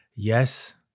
Yes